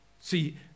See